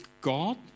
God